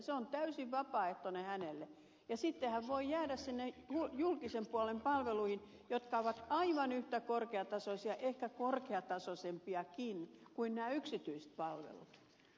se on täysin vapaaehtoinen hänelle ja sitten hän voi jäädä sinne julkisen puolen palveluihin jotka ovat aivan yhtä korkeatasoisia ehkä korkeatasoisempiakin kuin nämä yksityiset palvelut